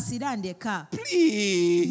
Please